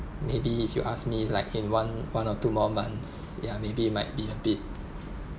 maybe if you ask me like in one one or two more months ya maybe might be a bit